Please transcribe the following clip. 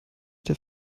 der